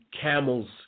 camel's